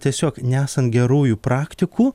tiesiog nesan gerųjų praktikų